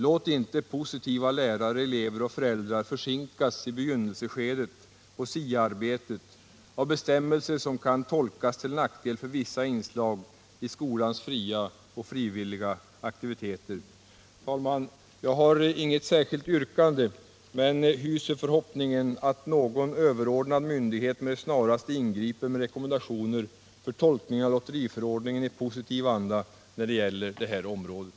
Låt inte positiva lärare, elever och föräldrar försinkas i begynnelseskedet på SIA-arbetet av bestämmelser, som kan tolkas till nackdel för vissa inslag i skolans fria och frivilliga aktiviteter. Herr talman! Jag har inget särskilt yrkande men hyser förhoppningen att någon överordnad myndighet snarast ingriper med rekommendationer för tolkningen av lotteriförordningen i positiv anda när det gäller det här området.